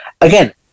again